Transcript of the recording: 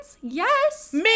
Yes